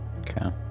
Okay